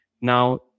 Now